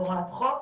פורעת חוק,